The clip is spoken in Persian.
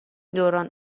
دوران